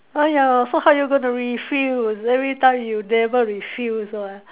oh ya so how you gonna refuse everytime you never refuse [what]